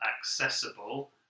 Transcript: accessible